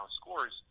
scores